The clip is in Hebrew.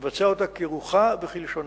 ונבצע אותה כרוחה וכלשונה.